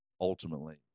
ultimately